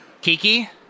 Kiki